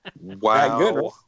Wow